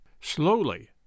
Slowly